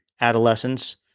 adolescence